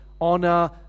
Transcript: honor